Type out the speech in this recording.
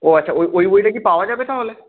ও আচ্ছা ওই ওই বইটা কি পাওয়া যাবে তাহলে